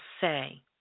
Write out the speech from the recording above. say